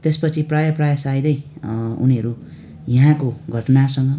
त्यसपछि प्रायः प्रायः सायदै उनीहरू यहाँको घटनासँग